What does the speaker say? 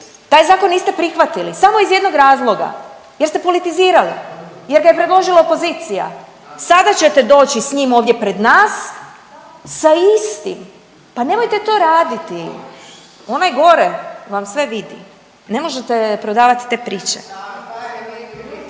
Taj zakon niste prihvatili, samo iz jednog razloga, jer ste politizirali, jer ga je predložila opozicija, sada ćete doći s njim ovdje pred nas sa istim, pa nemojte to raditi. Onaj gore vam sve vidi. Ne možete prodavati te priče.